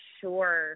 sure